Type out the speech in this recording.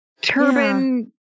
turban